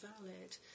valid